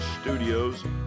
Studios